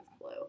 blue